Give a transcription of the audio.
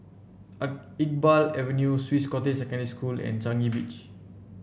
A Iqbal Avenue Swiss Cottage Secondary School and Changi Beach